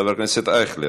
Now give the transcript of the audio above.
חבר הכנסת איתן ברושי,